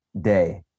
day